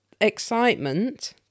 excitement